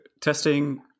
testing